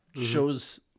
shows